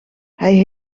hij